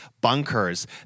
bunkers